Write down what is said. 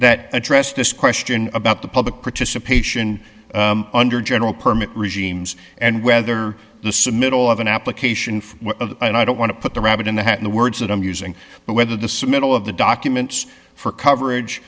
that address this question about the public participation under general permit regimes and whether the submittal of an application and i don't want to put the rabbit in the hat in the words that i'm using but whether the middle of the documents for coverage